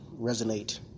resonate